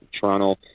Toronto